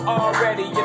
already